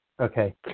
Okay